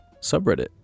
subreddit